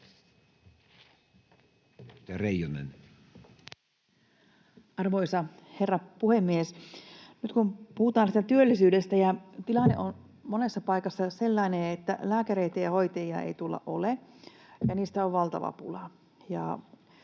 Arvoisa herra puhemies! Nyt kun puhutaan siitä työllisyydestä, niin tilanne on monessa paikassa sellainen, että lääkäreitä ja hoitajia ei ole. Niistä on valtava pula.